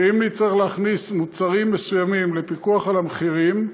ואם נצטרך להכניס מוצרים מסוימים לפיקוח על המחירים,